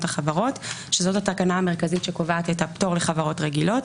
החברות" שזאת התקנה המרכזית שקובעת את הפטור לחברות רגילות.